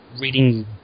reading